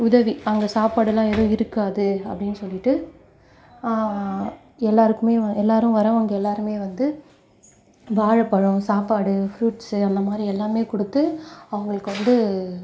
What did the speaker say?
உதவி அங்கே சாப்பாடெல்லாம் எதுவும் இருக்காது அப்டின்னு சொல்லிட்டு எல்லாருக்குமே எல்லோரும் வரவங்க எல்லோருமே வந்து வாழைப்பழம் சாப்பாடு ஃப்ரூட்ஸு அந்த மாதிரி எல்லாமே கொடுத்து அவர்களுக்கு வந்து